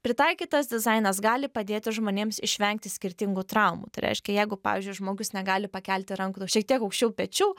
pritaikytas dizainas gali padėti žmonėms išvengti skirtingų traumų tai reiškia jeigu pavyzdžiui žmogus negali pakelti rankų šiek tiek aukščiau pečių